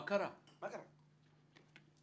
אני מתרגמת את הדברים למשפטית.